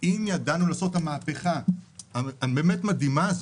אם ידענו לעשות את המהפכה המדהימה הזאת,